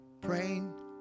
praying